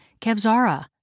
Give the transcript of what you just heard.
Kevzara